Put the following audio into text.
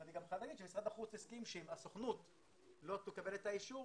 אני גם חייב לומר שמשרד החוץ הסכים שאם הסוכנות לא תקבל את האישור,